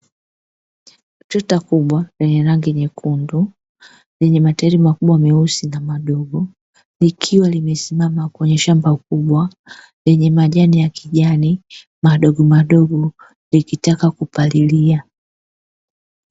Trekta kubwa lenye rangi nyekundu lenye matairi makubwa meusi na madogo, likiwa limesimama kwenye shamba kubwa lenye majani ya kijani madogomadogo likitaka kupalilia.